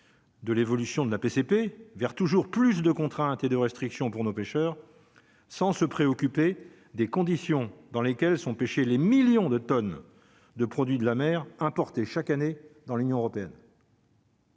de l'évolution de la PCP vers toujours plus de contraintes et de restrictions pour nos pêcheurs sans se préoccuper des conditions dans lesquelles sont pêchés les millions de tonnes de produits de la mer importés chaque année dans l'Union européenne.